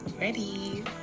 ready